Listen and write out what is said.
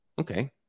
okay